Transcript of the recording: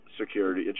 security